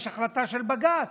יש החלטה של בג"ץ.